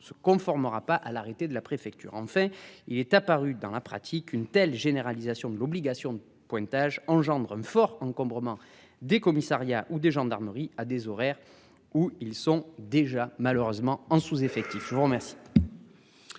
se conformera pas à l'arrêté de la préfecture. En fait, il est apparu dans la pratique, une telle généralisation de l'obligation de pointage engendre un fort encombrement des commissariats ou des gendarmeries à des horaires où ils sont déjà malheureusement en sous-. Effectif. Je vous remercie.